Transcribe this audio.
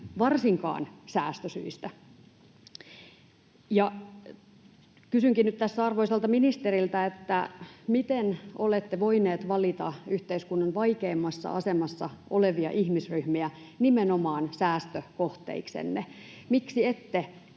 varsinkaan säästösyistä. Kysynkin nyt tässä arvoisalta ministeriltä: Miten olette voineet valita yhteiskunnan vaikeimmassa asemassa olevia ihmisryhmiä nimenomaan säästökohteiksenne? Miksi ette